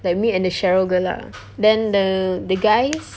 like me and the cheryl girl lah then the the guys